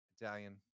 Italian